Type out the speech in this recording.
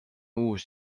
uus